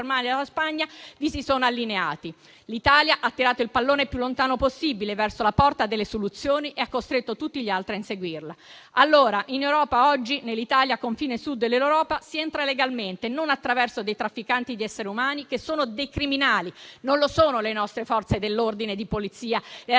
L'Italia ha tirato il pallone il più lontano possibile verso la porta delle soluzioni e ha costretto tutti gli altri a inseguirla. Oggi in Italia, confine Sud dell'Europa, si entra legalmente, e non attraverso dei trafficanti di esseri umani che sono - quelli sì - dei criminali, e non le nostre Forze dell'ordine e di polizia, né la